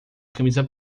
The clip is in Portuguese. camisa